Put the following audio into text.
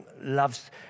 loves